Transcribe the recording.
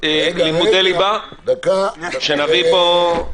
כל ההתנהלות שהייתה בכנסת בשישה החודשים האחרונים,